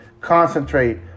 Concentrate